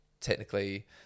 technically